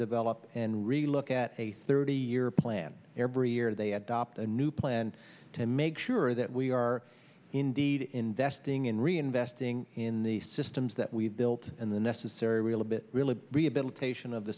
develop and relook at a thirty year plan every year they adopt a new plan to make sure that we are indeed investing in reinvesting in the systems that we've built and the necessary real a bit really rehabilitation of the